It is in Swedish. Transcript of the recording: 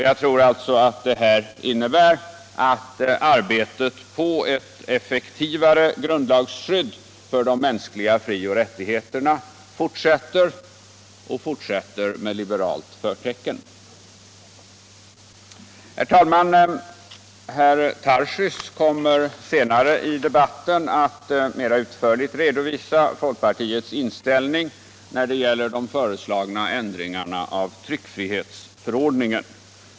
Jag tror alltså att detta innebär att arbetet på ett effektivare grundlagsskydd för de mänskliga frioch rättigheterna fortsätter — och fortsätter med liberaht förtecken. Herr talman! Herr Tarscehys kommer senare i debatten att mera utförligt redovisa folkpartiets inställning när det giller de föreslagna ändringarna i tryckfrihetsförordningen.